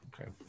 okay